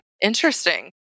Interesting